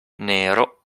nero